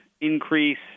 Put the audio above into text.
increase